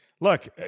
look